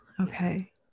Okay